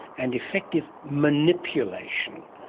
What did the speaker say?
and effective manipulation,